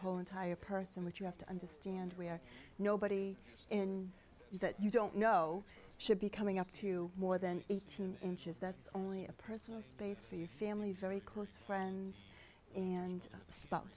whole entire person which you have to understand where nobody in you that you don't know should be coming up to more than eighteen inches that's only a personal space for your family very close friends and